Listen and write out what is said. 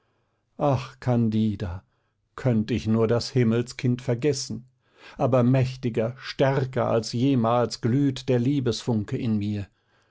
ach candida könnt ich nur das himmelskind vergessen aber mächtiger stärker als jemals glüht der liebesfunke in mir